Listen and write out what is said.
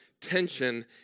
tension